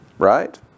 right